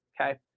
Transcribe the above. Okay